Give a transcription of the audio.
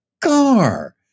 car